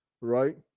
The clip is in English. Right